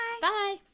Bye